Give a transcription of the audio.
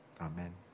Amen